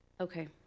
Okay